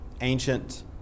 ancient